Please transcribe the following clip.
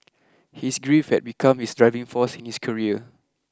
his grief had become his driving force in his career